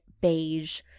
beige